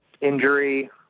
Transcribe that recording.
injury